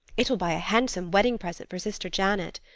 it will buy a handsome wedding present for sister janet!